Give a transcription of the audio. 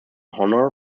honour